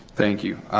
thank you.